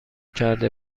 کرده